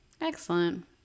Excellent